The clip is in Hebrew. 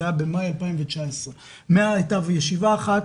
זה היה במאי 2019. הייתה ישיבה אחת,